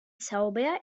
zauber